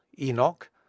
Enoch